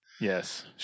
Yes